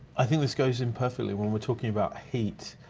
i think this goes in perfectly when we're talking about heat,